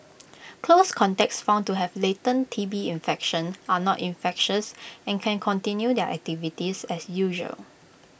close contacts found to have latent T B infection are not infectious and can continue their activities as usual